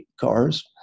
cars